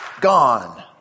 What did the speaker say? gone